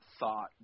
thought